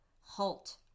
halt